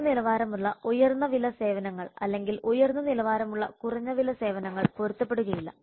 കുറഞ്ഞ നിലവാരമുള്ള ഉയർന്ന വില സേവനങ്ങൾ അല്ലെങ്കിൽ ഉയർന്ന നിലവാരമുള്ള കുറഞ്ഞ വില സേവനങ്ങൾ പൊരുത്തപ്പെടുകയില്ല